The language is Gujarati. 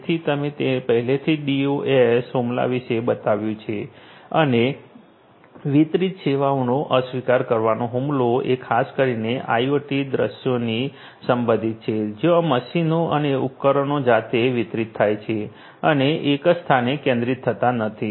તેથી મેં તમને પહેલેથી જ ડીઓએસ હુમલા વિષે બતાવ્યું છે અને વિતરિત સેવાનો અસ્વીકાર કરવાનો હુમલો એ ખાસ કરીને આઇઓટી દૃશ્યોથી સંબંધિત છે જ્યાં મશીનો અને ઉપકરણો જાતે વિતરિત થાય છે અને એક જ સ્થાને કેન્દ્રિત થતા નથી